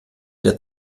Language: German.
der